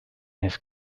his